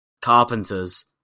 carpenters